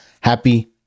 happy